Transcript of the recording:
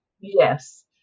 yes